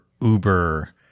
Uber